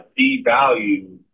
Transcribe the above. devalue